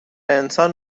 انسان